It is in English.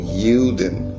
yielding